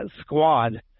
squad